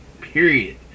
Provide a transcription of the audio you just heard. period